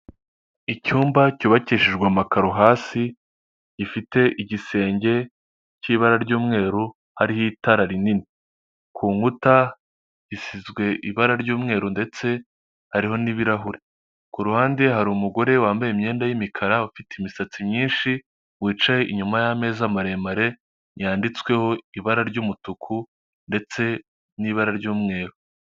Icyumba cyubakishijwe amakaro hasi gifite igisenge cy'ibara ry'umweru hariho itara rinini; ku nkuta isizwe ibara ry'umweru ndetse hariho n'ibirahure; ku ruhande hari umugore wambaye imyenda y'imikara ufite imisatsi myinshi wicaye inyuma y'ameza maremare yanditsweho ibara ry'umutuku ndetse n'ibara ry'umweru.